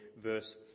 verse